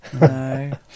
No